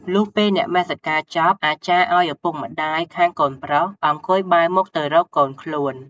លុះពេលនមស្សការចប់អាចារ្យ ឲ្យឪពុកម្តាយខាងកូនប្រុស អង្គុយ បែរមុខទៅរកកូនខ្លួន ។